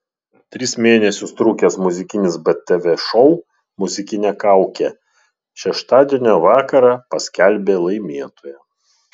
tris mėnesius trukęs muzikinis btv šou muzikinė kaukė šeštadienio vakarą paskelbė laimėtoją